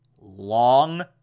Long